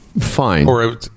Fine